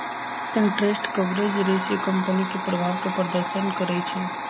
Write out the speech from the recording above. interest coverage ratio company के प्रभाव के प्रदर्शन करइ छै